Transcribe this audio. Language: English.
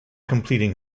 completing